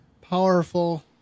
powerful